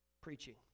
preaching